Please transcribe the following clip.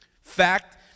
fact